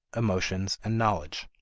emotions, and knowledge.